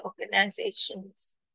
organizations